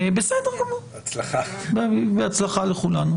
בהצלחה לכולנו.